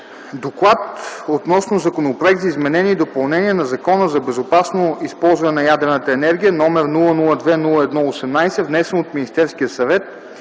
гласуване Законът за изменение и допълнение на Закона за безопасно използване на ядрената енергия под № 002-01-18, внесен от Министерския съвет